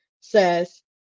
says